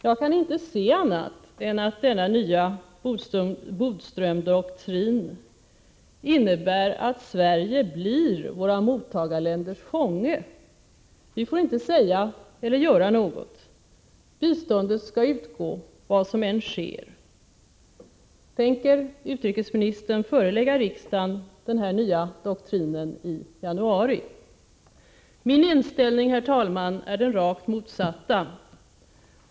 Jag kan inte se annat än att denna nya ”Bodströmdoktrin” innebär att Sverige blir sina mottagarländers fånge. Vi får inte säga eller göra någonting. Biståndet skall utgå vad som än sker. Tänker utrikesministern förelägga riksdagen denna nya doktrin i januari? Min inställning, herr talman, är den rakt motsatta.